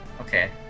Okay